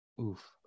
Oof